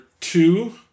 two